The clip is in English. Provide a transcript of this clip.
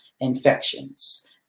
infections